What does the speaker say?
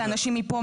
זה אנשים מפה,